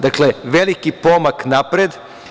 Dakle, veliki pomak napred.